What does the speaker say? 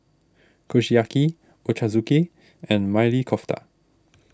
Kushiyaki Ochazuke and Maili Kofta